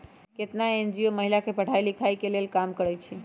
केतना एन.जी.ओ महिला के पढ़ाई लिखाई के लेल काम करअई छई